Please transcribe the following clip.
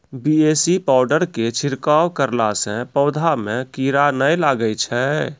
BAC powder के छिड़काव करला से पौधा मे कीड़ा नैय लागै छै?